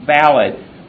valid